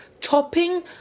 topping